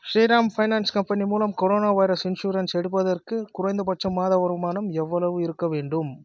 Sriram finance company மூலம் corona virus insurance எடுப்பதற்கு குறைந்தபட்ச மாத வருமானம் எவ்வளவு இருக்க வேண்டும்